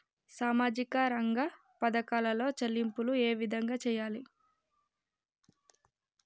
సామాజిక రంగ పథకాలలో చెల్లింపులు ఏ విధంగా చేయాలి?